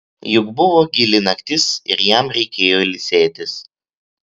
juk buvo gili naktis ir jam reikėjo ilsėtis